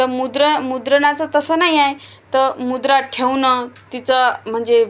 तर मुद्रा मुद्रणाचं तसं नाही आहे तर मुद्रा ठेवणं तिचं म्हणजे